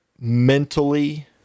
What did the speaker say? mentally